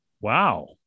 Wow